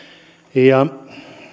ja